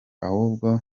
ahubwo